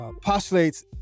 postulates